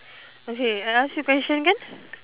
okay I ask you question can